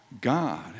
God